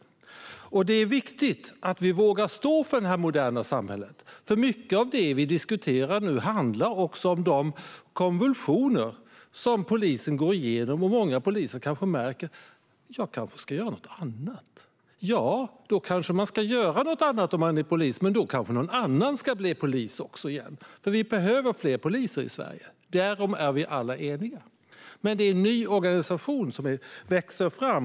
Det är viktigt att vi vågar stå för det moderna samhället. Mycket av det vi diskuterar handlar om de konvulsioner som polisen går igenom. Många poliser börjar tänka att de kanske ska göra något annat. Ja, då kanske den polisen ska göra något annat, men då kanske någon annan ska bli polis. Vi behöver fler poliser i Sverige - därom är vi alla eniga. Men nu är det en ny organisation som växer fram.